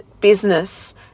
business